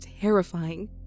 terrifying